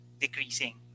decreasing